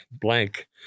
blank